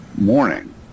morning